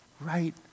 right